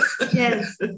yes